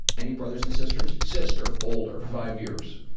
any brothers and sisters? sister, older, five years.